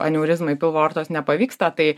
aneurizmai pilvo aortos nepavyksta tai